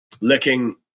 licking